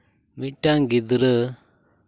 ᱢᱤᱫᱴᱟᱱ ᱜᱤᱫᱽᱨᱟᱹ